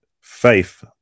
Faith